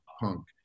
punk